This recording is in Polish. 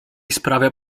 sprawia